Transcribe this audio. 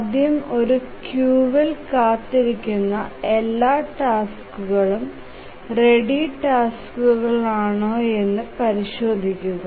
ആദ്യം ഒരു ക്യൂവിൽ കാത്തിരിക്കുന്ന എല്ലാ ടാസ്കുകളും തയാറായ ടാസ്ക്കുകളാണോയെന്ന് പരിശോധിക്കുക